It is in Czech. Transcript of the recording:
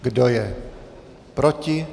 Kdo je proti?